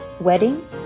wedding